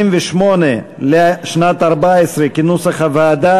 להרים את היד,